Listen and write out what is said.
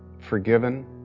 forgiven